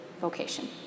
vocation